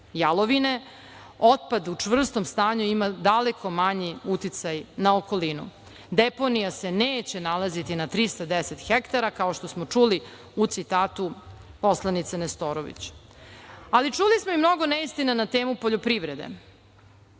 jalovine, otpad u čvrstom stanju ima daleko manji uticaj na okolinu. Deponija se neće nalaziti na 310 hektara kao što smo čuli u citatu poslanice Nestorović. Čuli smo i mnogo neistina na temu poljoprivrede.